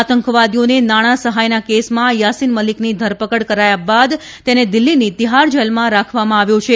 આતંકવાદીઓને નાણાં સહાયના કેસમાં યાસીન મલીકની ધરપકડ કરાયા બાદ તેને દિલ્ફીની તિહાર જેલમાં રાખવામાં આવ્યો છે